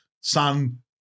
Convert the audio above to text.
sun